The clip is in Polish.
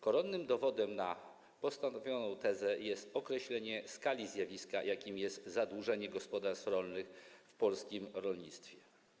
Koronnym dowodem na postawioną tezę jest określenie skali zjawiska, jakim jest zadłużenie gospodarstw rolnych w polskim rolnictwie.